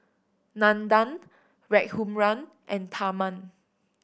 Nandan Raghuram and Tharman